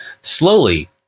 slowly